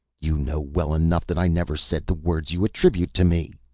you know well enough that i never said the words you attribute to me,